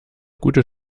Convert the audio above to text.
gute